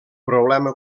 problema